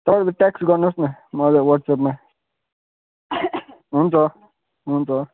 तपाईँले टेक्स्ट गर्नुहोस् न मलाई वाट्सएपमा हुन्छ हुन्छ